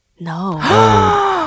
No